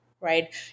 right